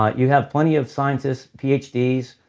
ah you have plenty of scientists ph ds,